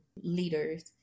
leaders